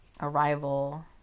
arrival